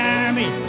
army